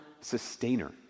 sustainer